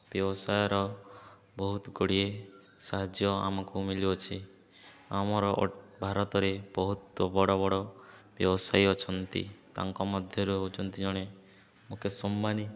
ବ୍ୟବସାୟର ବହୁତ ଗୁଡ଼ିଏ ସାହାଯ୍ୟ ଆମକୁ ମିଳୁଅଛି ଆମର ଭାରତରେ ବହୁତ ବଡ଼ ବଡ଼ ବ୍ୟବସାୟୀ ଅଛନ୍ତି ତାଙ୍କ ମଧ୍ୟରୁ ହେଉଛନ୍ତି ଜଣେ ମୁକେଶ ଅମ୍ବାନୀ